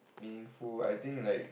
meaningful I think like